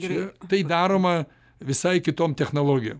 tai daroma visai kitom technologijom